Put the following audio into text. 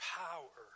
power